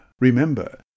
Remember